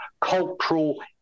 cultural